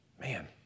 Man